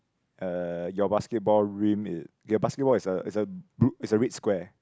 uh your basketball rim it your basketball is a is a bl~ is a red square